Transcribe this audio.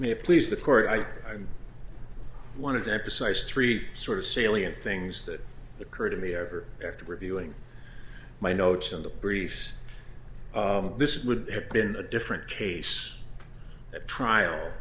me please the court i wanted to emphasize three sort of salient things that occur to me ever after reviewing my notes on the briefs this would have been a different case at trial